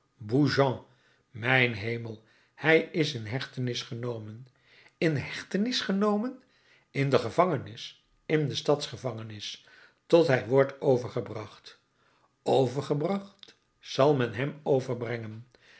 mijn hemel hij is in hechtenis genomen in hechtenis genomen in de gevangenis in de stadsgevangenis tot hij wordt overgebracht overgebracht zal men hem overbrengen